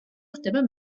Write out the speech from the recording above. ხდება